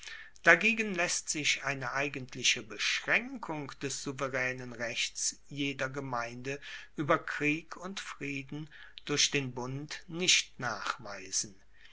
dagegen laesst sich eine eigentliche beschraenkung des souveraenen rechts jeder gemeinde ueber krieg und frieden durch den bund nicht nachweisen